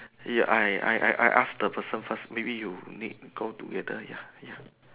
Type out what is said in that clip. ya I I I ask the person first maybe you need go together ya ya